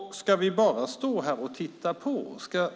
Ska vi bara stå här och titta på?